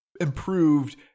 improved